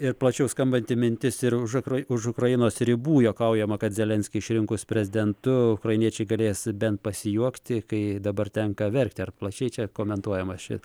ir plačiau skambanti mintis ir už ukrai už ukrainos ribų juokaujama kad zelenskį išrinkus prezidentu ukrainiečiai galės bent pasijuokti kai dabar tenka verkti ar plačiai čia komentuojamas šit